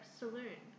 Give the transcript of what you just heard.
saloon